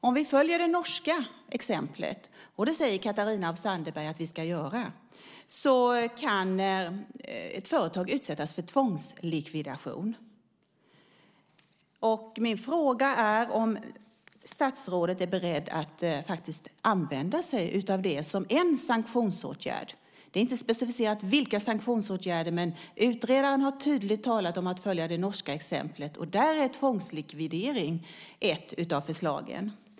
Om vi följer det norska exemplet, och det säger Catarina af Sandeberg att vi ska göra, kan ett företag utsättas för tvångslikvidation. Min fråga är om statsrådet är beredd att faktiskt använda sig av det som en sanktionsåtgärd. Det är inte specificerat vilka sanktionsåtgärder det gäller, men utredaren har tydligt talat om att följa det norska exemplet, och där är tvångslikvidering ett av förslagen.